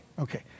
Okay